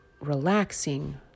relaxing